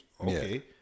Okay